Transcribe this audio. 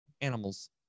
animals